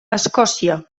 escòcia